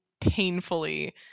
painfully